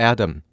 Adam